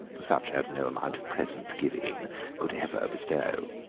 such as no amount of present giving could ever bestow.